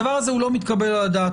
הדבר הזה לא מתקבל על הדעת.